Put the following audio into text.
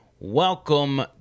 welcome